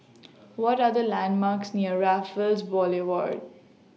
What Are The landmarks near Raffles Boulevard